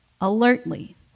alertly